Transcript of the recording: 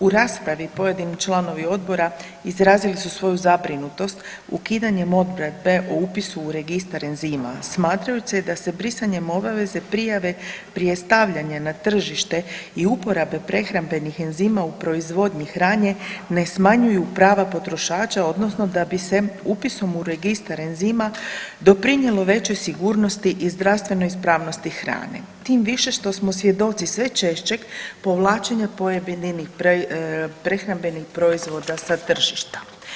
U raspravi pojedini članovi odbora izrazili su svoju zabrinutost ukidanje odredbe o upisu u registar enzima, smatrajući da se brisanje obaveze prijave prije stavljanja na tržište i uporabe prehrambenih enzima u proizvodnji hrane ne smanjuju prava potrošača odnosno da bi se upisom u registar enzima doprinijelo većoj sigurnosti i zdravstvenoj ispravnosti hrane, tim više što smo svjedoci sve češćeg povlačenja pojedinih prehrambenih proizvoda za tržišta.